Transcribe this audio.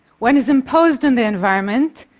one is imposed on the environment,